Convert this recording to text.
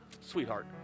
Sweetheart